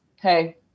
hey